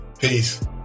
peace